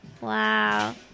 Wow